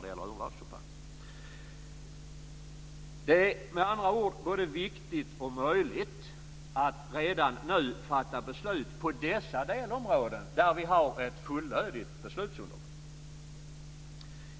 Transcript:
Det är alltså både viktigt och möjligt att redan nu fatta beslut på dessa delområden, där vi har ett fullödigt beslutsunderlag.